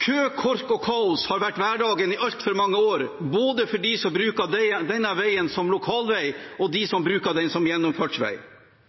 Kø, kork og kaos har vært hverdagen i altfor mange år både for dem som bruker denne veien som lokalvei, og for dem som bruker den som gjennomfartsvei.